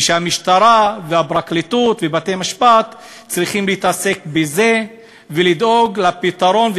והמשטרה והפרקליטות ובתי-משפט צריכים להתעסק בזה ולדאוג לפתרון,